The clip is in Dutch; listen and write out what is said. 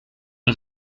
een